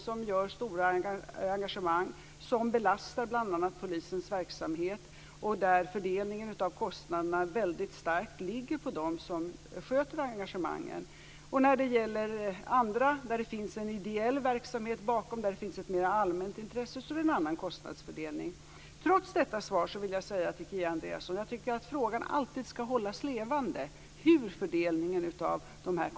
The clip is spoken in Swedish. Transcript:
Det finns stora evenemang som bl.a. belastar polisens verksamhet där fördelningen av kostnaderna väldigt starkt ligger på dem som sköter evenemangen. Det finns också andra, där det finns en ideell verksamhet bakom och där det finns ett mer allmänt intresse. Då är det en annan kostnadsfördelning. Trots detta svar vill jag säga till Kia Andreasson att jag tycker att frågan om hur fördelningen av kostnaderna skall ske alltid skall hållas levande.